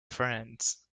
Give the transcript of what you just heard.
friends